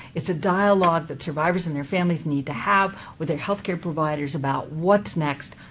it's a dialogue that survivors and their families need to have with their health care providers about what's next?